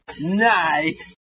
nice